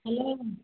hello